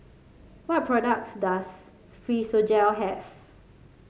what products does Physiogel have